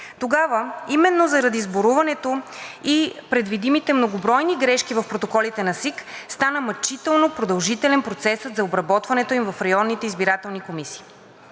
Тогава именно заради сборуването и предвидимите много бройни грешки в протоколите на СИК стана мъчително продължителен процесът за обработването им в районните избирателни комисии.